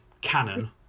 canon